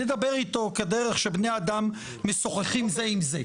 נדבר איתו כדרך שבני אדם משוחחים זה עם זה.